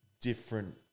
different